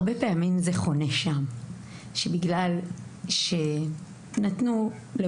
הרבה פעמים זה חונה שם בגלל שנתנו את